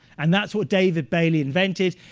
and that's what david bailey invented.